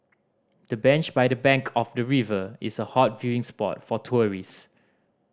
the bench by the bank of the river is a hot viewing spot for tourist